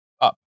up